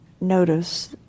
notice